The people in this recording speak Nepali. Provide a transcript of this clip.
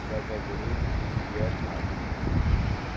जलपाइगुडी कुचबिहार मालदा